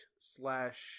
slash